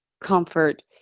comfort